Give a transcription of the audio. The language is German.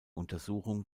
untersuchung